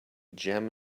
gem